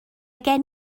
gen